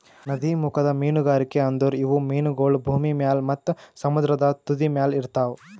ನದೀಮುಖದ ಮೀನುಗಾರಿಕೆ ಅಂದುರ್ ಇವು ಮೀನಗೊಳ್ ಭೂಮಿ ಮ್ಯಾಗ್ ಮತ್ತ ಸಮುದ್ರದ ತುದಿಮ್ಯಲ್ ಇರ್ತಾವ್